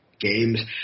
games